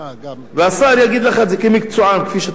והשר יגיד לך את זה כמקצוען, כפי שאתה אמרת.